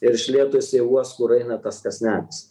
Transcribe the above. ir iš lėto jisai uos kur eina tas kąsnelis